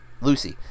Lucy